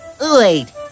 Wait